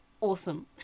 awesome